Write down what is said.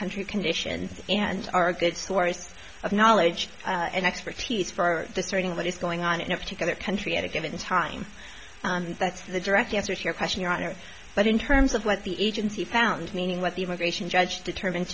country conditions and are a good source of knowledge and expertise for discerning what is going on in a particular country at a given time that's the direct answer to your question your honor but in terms of what the agency found meaning what the immigration judge determined